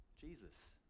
Jesus